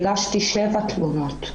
7 תלונות.